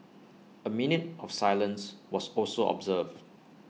A minute of silence was also observed